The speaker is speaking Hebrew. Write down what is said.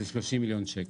זה 30 מיליון שקל.